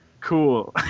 cool